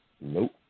Nope